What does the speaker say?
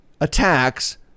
attacks